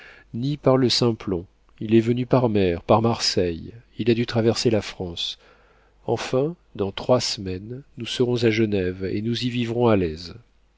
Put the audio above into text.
ni par le simplon il est venu par mer par marseille il a dû traverser la france enfin dans trois semaines nous serons à genève et nous y vivrons à l'aise